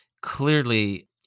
clearly